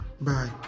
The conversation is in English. Bye